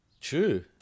true